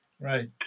Right